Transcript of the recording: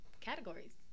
categories